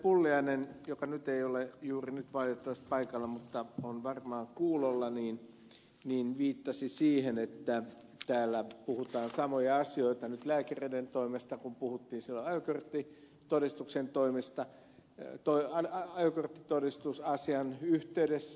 pulliainen joka juuri nyt ei ole valitettavasti paikalla mutta on varmaan kuulolla viittasi siihen että täällä puhutaan samoja asioita nyt lääkäreiden toimesta kun puut piisaa körtti todistuksen toimista ei tule kuin puhuttiin silloin ajokorttitodistusasian yhteydessä